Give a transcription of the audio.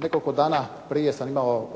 Nekoliko dana prije sam imao